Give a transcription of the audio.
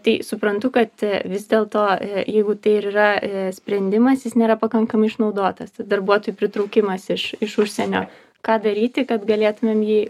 tai suprantu kad vis dėl to jeigu tai ir yra sprendimas jis nėra pakankamai išnaudotas darbuotojų pritraukimas iš iš užsienio ką daryti kad galėtumėm jį